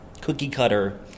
cookie-cutter